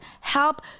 help